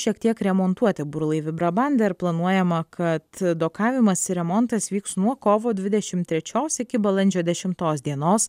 šiek tiek remontuoti burlaivį brabander ir planuojama kad dokavimas remontas vyks nuo kovo dvidešimt trečios iki balandžio dešimtos dienos